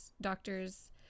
doctors